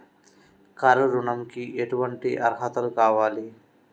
Car ఋణంకి ఎటువంటి అర్హతలు కావాలి?